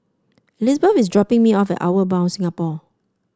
Elizebeth is dropping me off Outward Bound Singapore